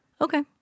Okay